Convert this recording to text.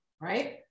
Right